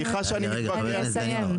כשאני אסיים.